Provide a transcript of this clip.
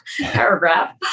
paragraph